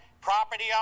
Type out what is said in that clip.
property